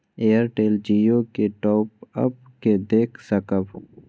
Airtel Jio के top up के देख सकब?